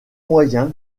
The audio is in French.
moyen